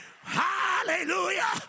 Hallelujah